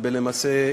למעשה,